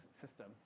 system